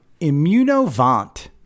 Immunovant